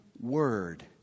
word